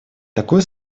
такое